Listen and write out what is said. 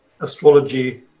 astrology